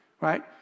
right